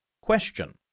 Question